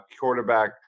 Quarterback